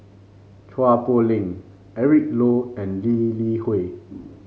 Chua Poh Leng Eric Low and Lee Li Hui